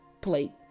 plate